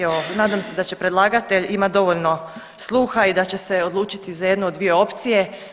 Evo nadam se da će predlagatelj imat dovoljno sluha i da će se odlučiti za jednu od dvije opcije.